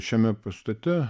šiame pastate